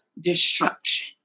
destruction